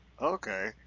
Okay